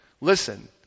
Listen